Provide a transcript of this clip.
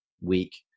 weak